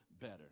better